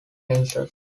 princess